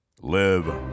live